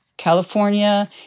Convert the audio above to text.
California